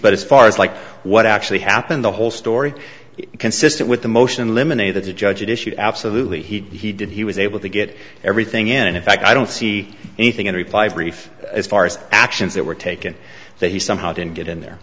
but as far as like what actually happened the whole story is consistent with the motion in limine a that the judge issued absolutely he did he was able to get everything in and in fact i don't see anything in reply brief as far as actions that were taken that he somehow didn't get in there